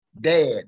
dad